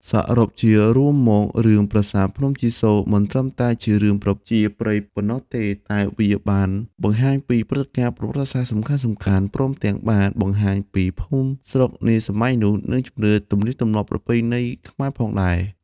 សរុបជារួមមក រឿង ប្រាសាទភ្នំជីសូរមិនត្រឹមតែជារឿងប្រជាប្រិយប៉ុណ្ណោះទេ តែវាបានបង្ហាញពីព្រឹត្តិការណ៍ប្រវត្តិសាស្រ្ដសំខាន់ៗ ព្រមទាំងបានបង្ហាញពីភូមិស្រុកនាសម័យនោះ និងជំនឿ ទំនៀមទម្លាប់ប្រពៃណីខ្មែរផងដែរ។